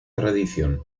tradición